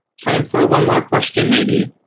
time for one more question, maybe.